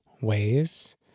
ways